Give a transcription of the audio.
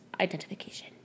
identification